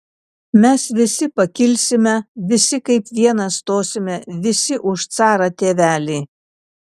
mes visi pa kilsime visi kaip vienas stosime visi už carą tėvelį